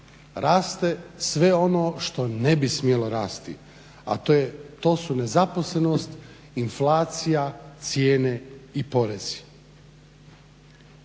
Raste sve ono što ne bi smjelo rasti, a to su nezaposlenost, inflacija, cijene i porezi.